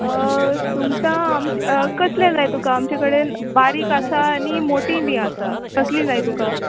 सुंगटा आमची कसले जाय तुका आमचे कडेन बारीक आसा आनी मोटे बी आसा कसली जाय तुका